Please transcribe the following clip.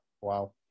Wow